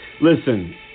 Listen